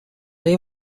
این